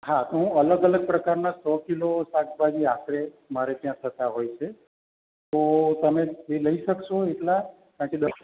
હાં તો હું અલગ અલગ પ્રકારના સો કિલો શાકભાજી આપણે મારે ત્યાં થતાં હોય છે તો તમે એ લઈ શકશો એટલા કારણકે